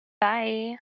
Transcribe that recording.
bye